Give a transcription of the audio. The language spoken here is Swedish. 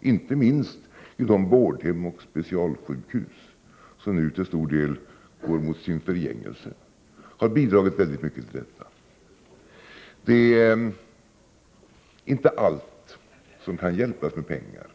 inte minst inom vårdhem och specialsjukhus — som nu till stor del går mot sin förgängelse — har bidragit mycket till detta. Det är inte allt som kan hjälpas med pengar.